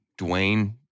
Dwayne